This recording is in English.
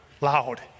loud